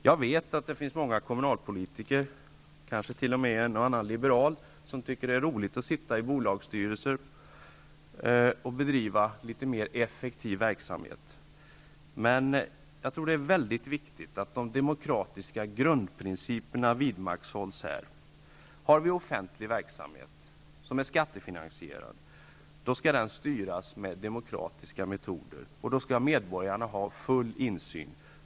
Jag vet att det finns många kommunalpolitiker, kanske t.o.m. en och annan liberal, som tycker att det är roligt att sitta i bolagsstyrelser och bedriva litet mer effektiv verksamhet, man jag tror att det är mycket viktigt att de demokratiska grundprinciperna vidmakthålls. Offentlig verksamhet, som är skattefinansierad, skall styras med demokratiska metoder, och medborgarna skall ha full insyn.